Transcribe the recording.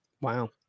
Wow